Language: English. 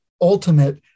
ultimate